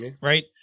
right